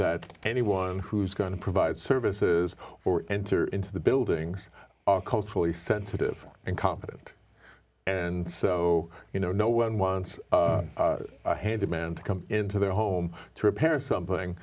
that anyone who's going to provide services or enter into the buildings are culturally sensitive and competent and so you know no one wants the man to come into their home to repair something